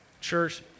Church